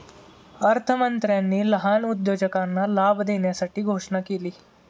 अर्थमंत्र्यांनी लहान उद्योजकांना लाभ देण्यासाठी घोषणा केली